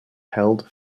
held